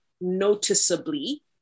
noticeably